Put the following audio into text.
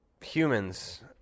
humans